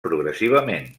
progressivament